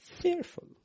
fearful